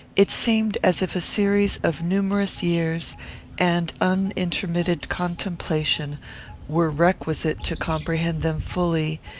it seemed as if a series of numerous years and unintermitted contemplation were requisite to comprehend them fully,